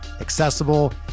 accessible